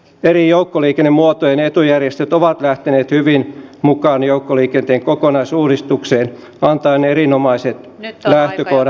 eri joukkoliikennemuotojen etujärjestöt ovat lähteneet hyvin mukaan joukkoliikenteen kokonaisuudistukseen antaen erinomaiset lähtökohdat uudistukselle